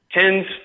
tens